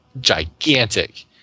gigantic